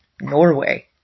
Norway